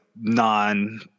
non